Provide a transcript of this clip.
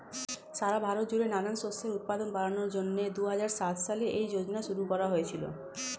সারা ভারত জুড়ে নানান শস্যের উৎপাদন বাড়ানোর জন্যে দুহাজার সাত সালে এই যোজনা শুরু করা হয়েছিল